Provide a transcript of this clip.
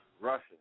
Russia